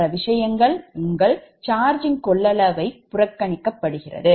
மற்றொரு விஷயம் உங்கள் சார்ஜிங் கொள்ளளவை புறக்கணிக்கப்படும்